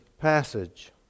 passage